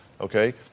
Okay